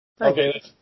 Okay